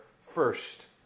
first